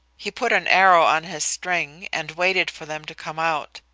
he put an arrow on his string and waited for them to come out,